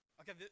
Okay